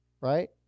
Right